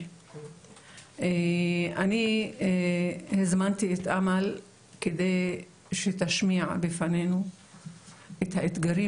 אני הזמנתי את אמאל כדי שתשמיע בפנינו את האתגרים